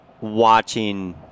watching